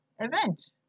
event